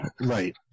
Right